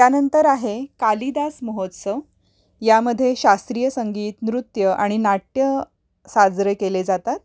त्यानंतर आहे कालिदास महोत्सव यामध्ये शास्त्रीय संगीत नृत्य आणि नाट्य साजरे केले जातात